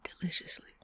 deliciously